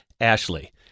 Ashley